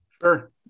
Sure